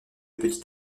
petit